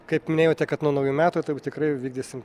kaip minėjote kad nuo naujų metų tai jau tikrai vykdysim